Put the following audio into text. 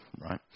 right